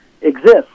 exist